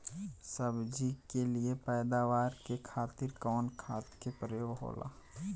सब्जी के लिए पैदावार के खातिर कवन खाद के प्रयोग होला?